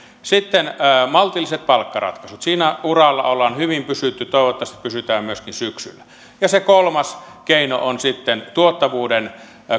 sitten maltilliset palkkaratkaisut siinä uralla ollaan hyvin pysytty toivottavasti pysytään myöskin syksyllä ja se kolmas keino on sitten tuottavuuden